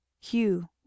Hugh